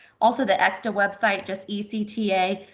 also, the ecta website, just e c t a,